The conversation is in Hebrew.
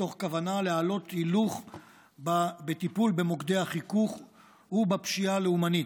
מתוך כוונה להעלות הילוך בטיפול במוקדי החיכוך ובפשיעה הלאומנית.